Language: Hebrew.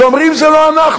שאומרים: "זה לא אנחנו".